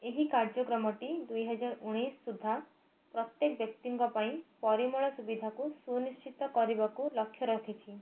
ଏହି କାର୍ଯ୍ୟକ୍ରମଟି ଦୁଇ ହଜାର ଉଣେଇଶି ସୁଦ୍ଧା ପ୍ରତ୍ୟେକ ବ୍ୟକ୍ତିଙ୍କ ପାଇଁ ପରିମଳ ସୁବିଧାକୁ ସୁନିଶ୍ଚିତ କରିବାକୁ ଲକ୍ଷ ରଖିଛି